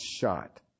shot